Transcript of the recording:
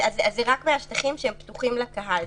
זה רק בשטחים שהם פתוחים לקהל.